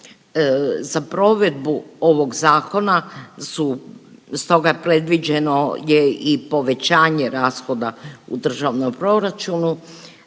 za provedbu ovog zakona, stoga je predviđeno je i povećanje rashoda u državnom proračunu